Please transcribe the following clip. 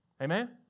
Amen